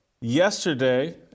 Yesterday